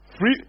Free